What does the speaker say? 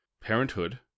parenthood